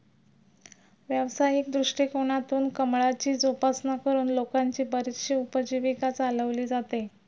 व्यावसायिक दृष्टिकोनातून कमळाची जोपासना करून लोकांची बरीचशी उपजीविका चालवली जाते